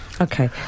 Okay